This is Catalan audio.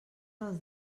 dels